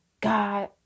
God